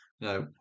No